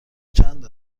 چند